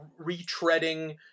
retreading